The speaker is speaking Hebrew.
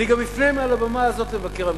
אני גם אפנה מעל הבמה הזאת למבקר המדינה.